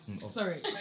sorry